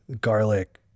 garlic